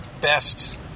best